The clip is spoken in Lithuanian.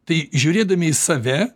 tai žiūrėdami į save